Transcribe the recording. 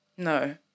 No